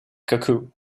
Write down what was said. cuckoo